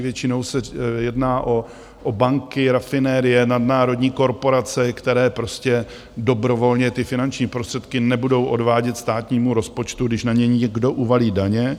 Většinou se jedná o banky, rafinerie, nadnárodní korporace, které prostě dobrovolně ty finanční prostředky nebudou odvádět státnímu rozpočtu, když na ně někdo uvalí daně.